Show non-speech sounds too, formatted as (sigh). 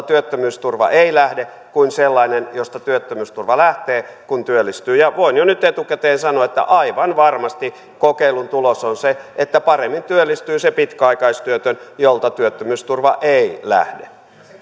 (unintelligible) työttömyysturva ei lähde kuin sellainen jolta työttömyysturva lähtee kun työllistyy voin jo nyt etukäteen sanoa että aivan varmasti kokeilun tulos on se että paremmin työllistyy se pitkäaikaistyötön jolta työttömyysturva ei lähde